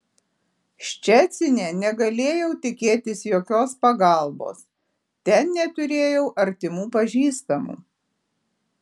ščecine negalėjau tikėtis jokios pagalbos ten neturėjau artimų pažįstamų